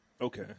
Okay